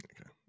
okay